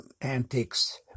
antics